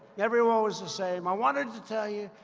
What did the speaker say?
everyone was the same i wanted to tell you.